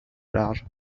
large